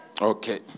Okay